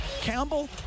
Campbell